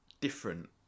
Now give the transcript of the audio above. different